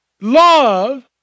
love